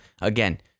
again